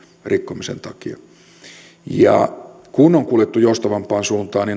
rikkomisen takia kun on kuljettu joustavampaan suuntaan